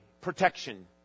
protection